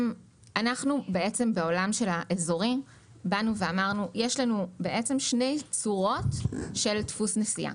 בעולם של האזורי אמרנו שיש לנו שתי צורות של דפוס נסיעה.